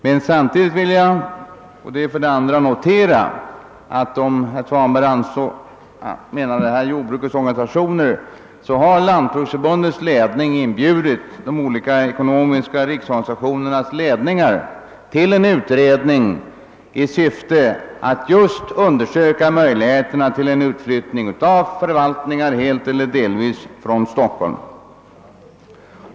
För det andra vill jag — om herr Svanberg avsåg jordbrukets organisationer över lag — konstatera att Lantbruksförbundets ledning har inbjudit de olika ekonomiska riksorganisationernas ledningar till en utredning i syfte att just undersöka möjligheterna till en utflyttning av förvaltningar helt eller delvis från Stockholm.